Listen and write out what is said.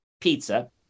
pizza